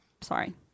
sorry